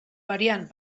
variant